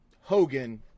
Hogan